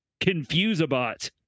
Confuseabot